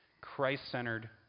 Christ-centered